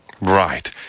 Right